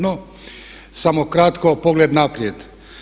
No samo kratko, pogled naprijed.